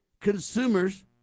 Consumers